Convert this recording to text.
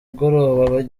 icyo